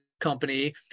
company